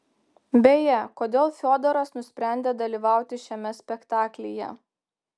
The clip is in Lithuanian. beje kodėl fiodoras nusprendė dalyvauti šiame spektaklyje